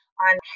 on